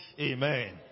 Amen